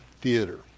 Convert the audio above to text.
theater